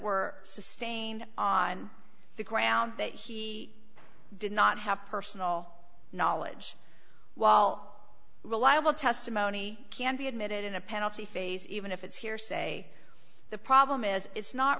were sustained on the ground that he did not have personal knowledge while reliable testimony can be admitted in a penalty phase even if it's hearsay the problem is it's not